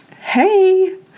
hey